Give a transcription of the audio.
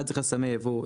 אחד זה חסמי ייבוא,